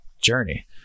journey